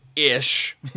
ish